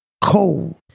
cold